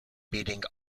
beating